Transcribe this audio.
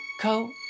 Co